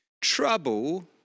Trouble